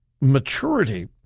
maturity